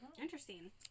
Interesting